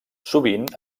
sovint